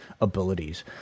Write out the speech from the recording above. abilities